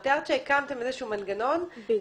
את תיארת שהקמתם איזשהו מנגנון --- בדיוק.